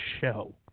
show